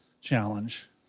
challenge